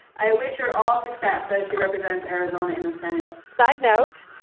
i wish her all success as she represents arizona in the senate side note,